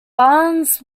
barnes